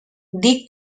dic